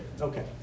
Okay